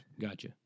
gotcha